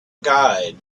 guide